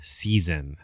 season